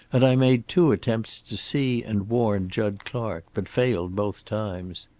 and i made two attempts to see and warn jud clark, but failed both times.